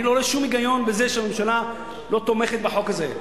אני לא רואה שום היגיון בזה שהממשלה לא תומכת בחוק הזה,